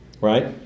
Right